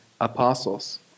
apostles